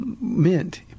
meant